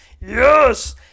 Yes